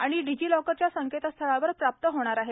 आणि डिजीलॉकरच्या संकेतस्थळावर प्राप्त होणार आहेत